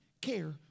care